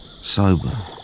sober